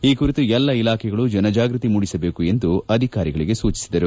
ಈ ಕುರಿತು ಎಲ್ಲ ಇಲಾಖೆಗಳು ಜನಜಾಗೃತಿ ಮೂಡಿಸಬೇಕು ಎಂದು ಅಧಿಕಾರಿಗಳಿಗೆ ಸೂಚಿಸಿದರು